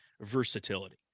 versatility